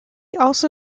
also